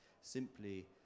simply